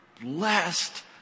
blessed